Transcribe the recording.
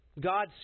God